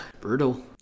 brutal